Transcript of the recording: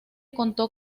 contó